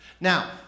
Now